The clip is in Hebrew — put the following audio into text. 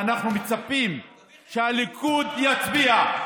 ואנחנו מצפים שהליכוד יצביע.